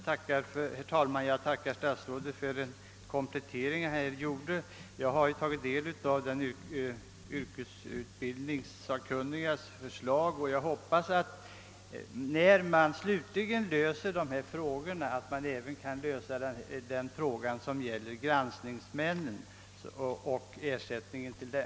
Herr talman! Jag tackar statsrådet Moberg för den komplettering som han nu har lämnat. Jag har tagit del av yrkesutbildningssakkunnigas förslag, och jag hoppas att man när man slutligen löser dessa frågor även kan lösa den fråga som gäller granskningsmännen och ersättningen till dem.